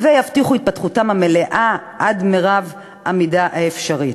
ויבטיחו את התפתחותם המלאה עד מרב המידה האפשרית.